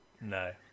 No